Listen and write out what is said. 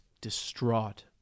distraught